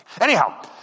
Anyhow